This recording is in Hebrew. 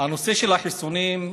הנושא של החיסונים,